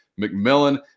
McMillan